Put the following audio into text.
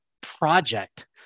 project